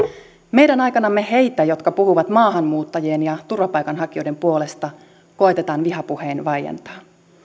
meidän aikanamme heitä jotka puhuvat maahanmuuttajien ja turvapaikanhakijoiden puolesta koetetaan vihapuhein vaientaa